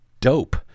dope